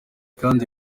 kandi